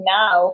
now